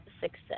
success